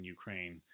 Ukraine